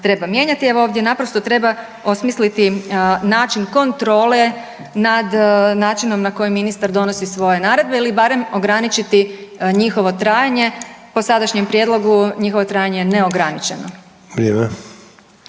treba mijenjati. Evo ovdje naprosto treba osmisliti način kontrole nad načinom na koji ministar donosi svoje naredbe ili barem ograničiti njihovo trajanje. Po sadašnjem prijedlogu njihovo je trajanje neograničeno.